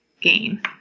gain